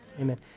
Amen